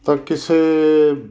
ਤਾਂ ਕਿਸੇ